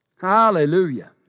Hallelujah